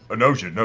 noja, noja,